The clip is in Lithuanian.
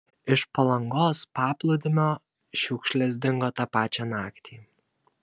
iš palangos paplūdimio šiukšlės dingo tą pačią naktį